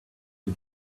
you